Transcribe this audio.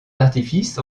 d’artifice